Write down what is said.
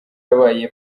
yabaye